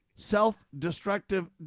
self-destructive